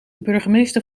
burgemeester